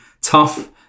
tough